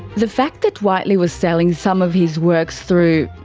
the fact that whiteley was selling some of his works through.